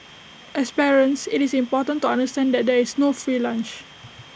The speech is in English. as parents IT is important to understand that there is no free lunch